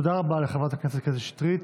תודה רבה לחברת הכנסת קטי שטרית.